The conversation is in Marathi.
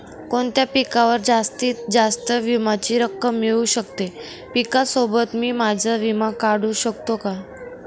कोणत्या पिकावर जास्तीत जास्त विम्याची रक्कम मिळू शकते? पिकासोबत मी माझा विमा काढू शकतो का?